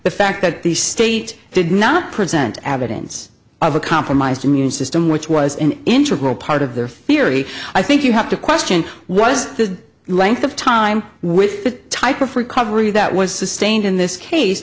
the fact that the state did not present abbott ends of a compromised immune system which was an integral part of their theory i think you have to question was the length of time with the type of recovery that was sustained in this case